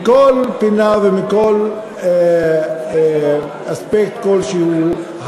מכל פינה ומכל אספקט שהוא,